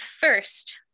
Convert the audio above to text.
first